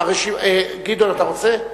גדעון, אתה רוצה?